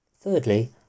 Thirdly